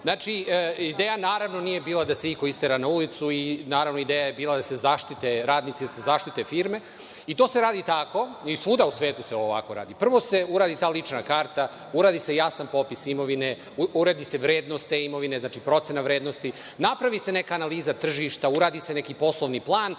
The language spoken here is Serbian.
godine. Znači, ideja naravno nije bila da se i ko istera na ulicu i naravno ideja je bila da se zaštite radnici, da se zaštite firme i to se radi tako, svuda u svetu se radi, prvo se uradi ta lična karta, uradi se jasan popis imovine, uradi se vrednost te imovine, znači procena vrednosti. Napravi se neka analiza tržišta, uradi se neki poslovni plan,